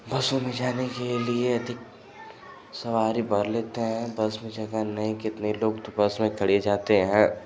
बसों में जाने के लिए अधिक सवारी भर लेते है बस में जगह नहीं कितने लोग तो बस में खड़े जाते हैं